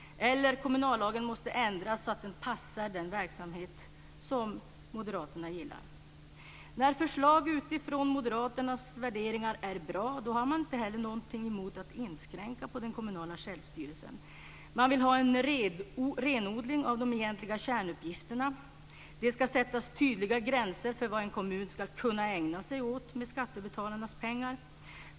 Eller: Kommunallagen måste ändras så att den passar den verksamhet som moderaterna gillar. När förslag utifrån Moderaternas värderingar är bra, då har man inte heller något emot att inskränka på den kommunala självstyrelsen. Man vill ha en renodling av de egentliga kärnuppgifterna. Det ska sättas tydliga gränser för vad en kommun ska kunna ägna sig åt med skattebetalarnas pengar.